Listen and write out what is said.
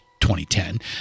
2010